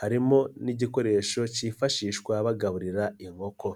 harimo n'igikoresho cyifashishwa bagaburira inkoko.